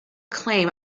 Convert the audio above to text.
claim